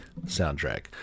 soundtrack